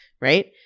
right